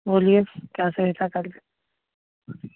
बोलिए क्या सहायता करे